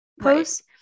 posts